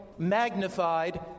magnified